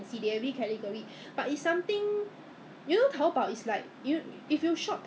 eh 我我醉经我不是最近 during COVID 的时候我看到我我这边附近有一个 car park hor